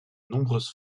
nombreuses